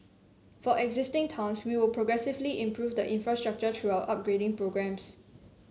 for existing towns we will progressively improve the infrastructure through our upgrading programmes